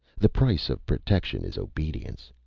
the price of protection is obedience.